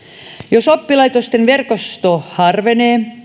jos oppilaitosten verkosto harvenee